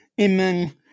amen